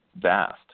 vast